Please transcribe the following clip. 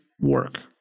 work